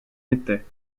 était